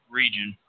region